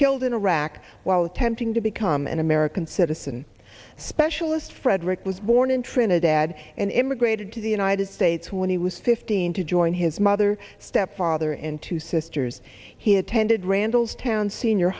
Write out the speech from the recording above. killed in iraq while attempting to become an american citizen specialist frederick was born in trinidad and immigrated to the united states when he was fifteen to join his mother stepfather and two sisters he attended randallstown senior